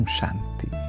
Shanti